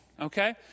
okay